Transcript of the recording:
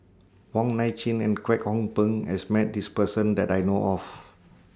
Wong Nai Chin and Kwek Hong Png has Met This Person that I know of